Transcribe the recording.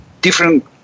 different